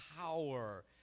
power